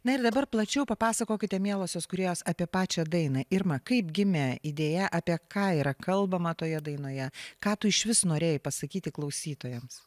na ir dabar plačiau papasakokite mielosios kūrėjos apie pačią dainą irma kaip gimė idėja apie ką yra kalbama toje dainoje ką tu išvis norėjai pasakyti klausytojams